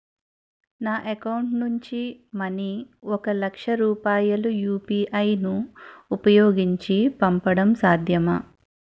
నా అకౌంట్ నుంచి మనీ ఒక లక్ష రూపాయలు యు.పి.ఐ ను ఉపయోగించి పంపడం సాధ్యమా?